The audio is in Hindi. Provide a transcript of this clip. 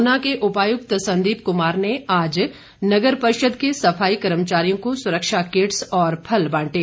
ऊना के उपायुक्त संदीप कुमार ने आज नगर परिषद के सफाई कर्मचारियों को सुरक्षा किट्स और फल बांटे